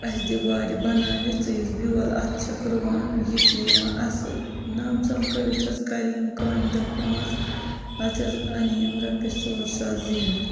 اَسہِ دِ وارِ بَنٲوِتھ تہٕ یُس بیول اَتھ چھَکھ رُوان یہِ چھِ یِوان اَصٕل نم ژَم کٔرِتھ حظ کَرے یِم کامہِ دۄہ پانٛژھ اَتھِ حظ اَنے یِم رۄپیہِ ژور ساس زیٖنِتھ